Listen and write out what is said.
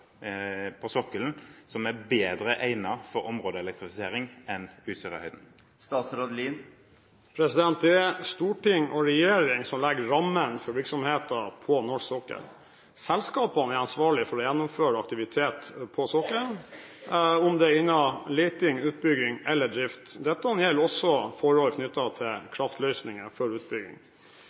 på sokkelen som er bedre egnet for områdeelektrifisering enn Utsirahøyden. Det er storting og regjering som legger rammene for virksomheten på norsk sokkel. Selskapene er ansvarlige for å gjennomføre aktivitet på sokkelen, enten det er innenfor leting, utbygging eller drift. Dette gjelder også forhold knyttet til kraftløsninger for utbygging.